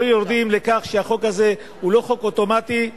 לא יורדים לכך שהחוק הזה הוא לא חוק אוטומטי,